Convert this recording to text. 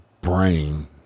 brain